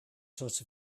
sort